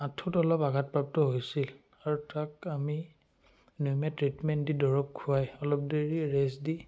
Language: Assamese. আঁঠুত অলপ আঘাতপ্ৰাপ্ত হৈছিল আৰু তাক আমি মেমে ট্ৰিটমেণ্ট দি দৰৱ খোৱাই অলপ দেৰি ৰেষ্ট দি